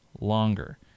longer